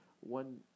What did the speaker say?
One